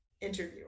Interviewer